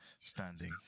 standing